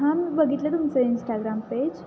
हां मी बघितलं तुमचं इन्स्टाग्राम पेज